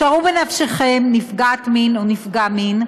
שערו בנפשכם נפגעת מין או נפגע מין,